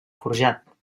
forjat